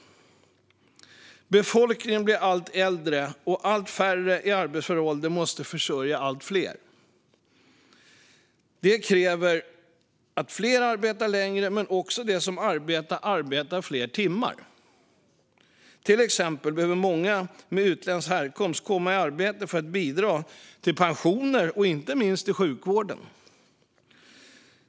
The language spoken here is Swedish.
Befolkningen blir allt äldre, och allt färre i arbetsför ålder måste försörja allt fler. Det kräver att fler arbetar längre men också att de som arbetar gör det fler timmar. Till exempel behöver många med utländsk härkomst komma i arbete för att bidra till pensioner och inte minst till sjukvården.